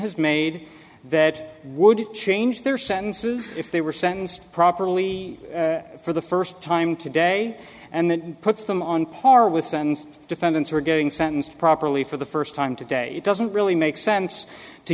has made that would change their sentences if they were sentenced properly for the first time today and that puts them on par with and defendants are going sentenced properly for the first time today it doesn't really make sense to